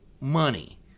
money